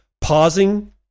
Pausing